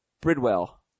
Bridwell